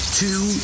two